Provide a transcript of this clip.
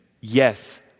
Yes